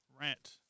rant